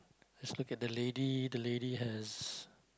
let's look at the lady the lady has